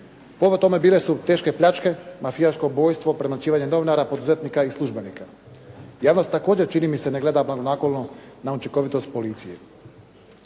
Povod tome bile su teške pljačke, mafijaško ubojstvo, premlaćivanje novinara, poduzetnika i službenika. Javnost također čini mi se ne gleda blagonaklono na učinkovitost policije.